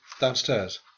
downstairs